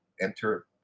enter